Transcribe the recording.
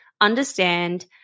understand